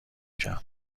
کرد